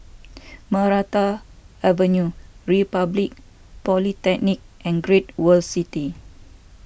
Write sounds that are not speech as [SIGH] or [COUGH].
[NOISE] Maranta Avenue Republic Polytechnic and Great World City